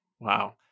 Wow